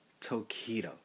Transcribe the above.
Tokido